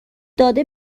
داده